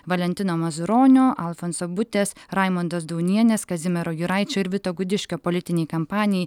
valentino mazuronio alfonso butės raimondos daunienės kazimiero juraičio ir vito gudiškio politinei kampanijai